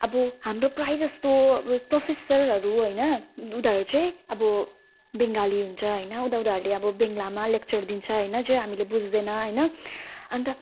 अब हाम्रो प्राय जस्तो प्रोफेसरहरू हैन उनीहरू चाहिँ अब बङ्गाली हुन्छ हैन उदा उनीहरूले अब बङ्गालीमा लेक्चर दिन्छ हैन चाहिँ हामीले बुझ्दैनौँ हैन अनि त